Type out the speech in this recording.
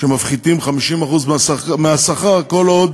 שמפחיתים 50% מהשכר כל עוד